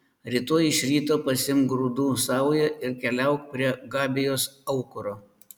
rytoj iš ryto pasiimk grūdų saują ir keliauk prie gabijos aukuro